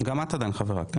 גם את עדיין חברה, כן?